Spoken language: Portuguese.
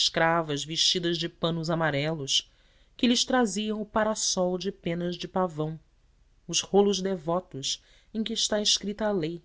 escravas vestidas de panos amarelos que lhes traziam o pára sol de penas de pavão os rolos devotos em que está escrita a lei